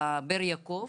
בבאר יעקב,